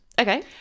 Okay